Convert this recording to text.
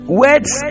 words